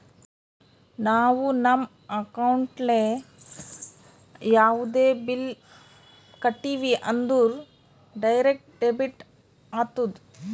ನಾವು ನಮ್ ಅಕೌಂಟ್ಲೆ ಯಾವುದೇ ಬಿಲ್ ಕಟ್ಟಿವಿ ಅಂದುರ್ ಡೈರೆಕ್ಟ್ ಡೆಬಿಟ್ ಆತ್ತುದ್